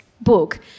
book